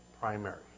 primary